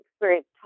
experience